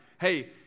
Hey